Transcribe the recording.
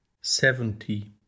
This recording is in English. seventy